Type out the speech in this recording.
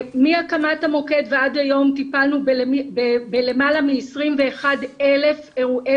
מהקמת המוקד ועד היום טיפלנו בלמעלה מ-21,000 אירועי